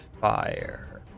fire